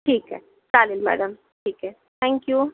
ठीक आहे चालेल मॅडम ठीक आहे थँक्यू